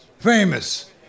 Famous